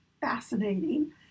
fascinating